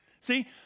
See